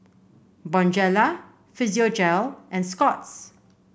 Bonjela Physiogel and Scott's